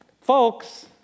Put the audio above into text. folks